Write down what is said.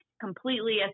completely